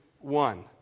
one